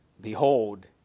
Behold